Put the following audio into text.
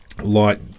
light